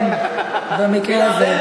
כן, במקרה הזה.